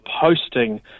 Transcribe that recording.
posting